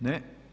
Ne.